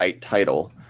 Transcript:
title